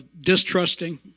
Distrusting